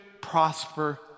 prosper